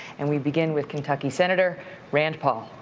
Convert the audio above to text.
and we begin with kentucky senator rand paul.